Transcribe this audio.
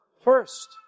First